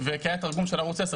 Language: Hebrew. כי היה תרגום של ערוץ 10,